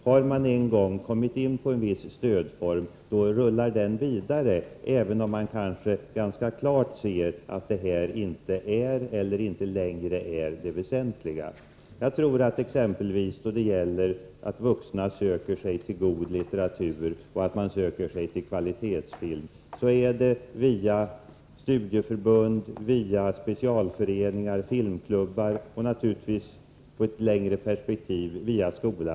Har man en gång kommit in på en viss stödform rullar den vidare — även om man ganska klart ser att just det området inte längre är det väsentliga. Jag tror att vuxna söker sig till god litteratur och till kvalitetsfilm genom påverkan från studieförbund, specialföreningar, filmklubbar etc. I ett längre perspektiv sker denna påverkan givetvis också via skolan.